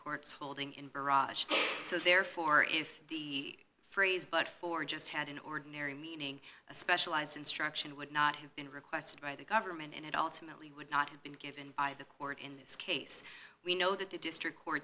court's holding in barrage so therefore if the phrase but for just had an ordinary meaning a specialized instruction would not have been requested by the government and it ultimately would not have been given by the court in this case we know that the district co